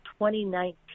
2019